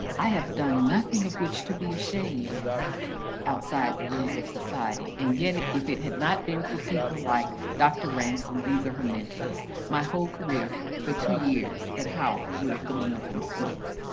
i have done nothing of which to be ashamed of outside the rules of society. and yet if it had not been for people like dr. ransom these are her mentors my whole career for two years at howard would have gone up in smoke.